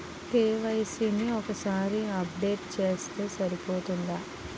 KYC ని ఒక్కసారి update చేస్తే సరిపోతుందా?